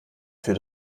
für